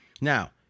Now